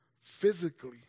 physically